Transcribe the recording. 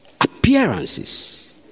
appearances